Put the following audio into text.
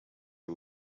the